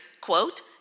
quote